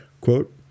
quote